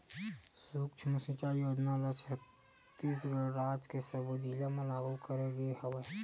सुक्ष्म सिचई योजना ल छत्तीसगढ़ राज के सब्बो जिला म लागू करे गे हवय